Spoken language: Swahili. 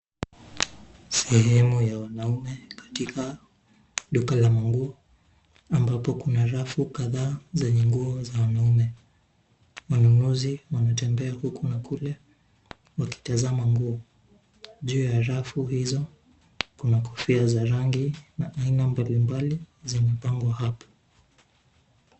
Sehemu ya wanaume katika duka la manguo ambapo kuna rafu kadhaa zenye nguo za wanaume. Wanunuzi wanatembea huku na kule wakitazama nguo. Juu ya rafu hizo, kuna kofia za rangi na aina mbalimbali zimepangwa hapo.